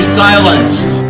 silenced